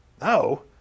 No